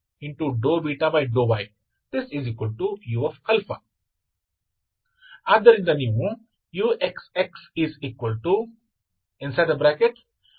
ಆದ್ದರಿಂದ ನೀವು uxx12∂α32∂β12u32u14uαα32uαβ34uββ ಅನ್ನು ಹೊಂದಿದ್ದೀರಿ